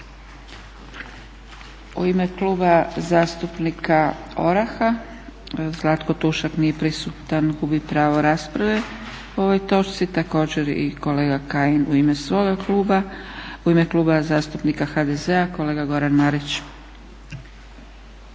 U ime Kluba zastupnika ORAH-a Zlatko Tušak nije prisutan, gubi pravo rasprave po ovoj točci. Također i kolega Kajin u ime svojeg kluba. U ime Kluba zastupnika HDZ-a kolega Goran Marić.